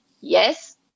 yes